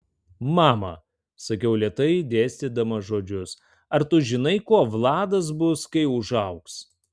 mama sakiau lėtai dėstydama žodžius ar tu žinai kuo vladas bus kai užaugs